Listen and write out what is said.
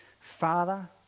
Father